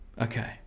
Okay